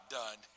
done